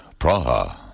Praha